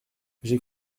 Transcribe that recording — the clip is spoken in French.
j’ai